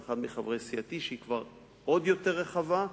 אחד מחברי סיעתי, שהיא עוד יותר רחבה,